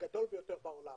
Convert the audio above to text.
הגדול בעולם,